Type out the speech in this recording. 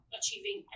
achieving